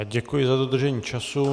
Děkuji za dodržení času.